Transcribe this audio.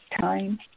time